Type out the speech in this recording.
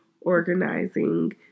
organizing